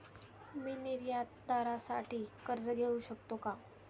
मी निर्यातदारासाठी कर्ज घेऊ शकतो का?